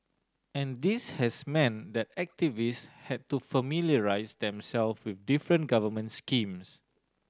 and this has meant that activists had to familiarise themself with different government schemes